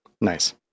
Nice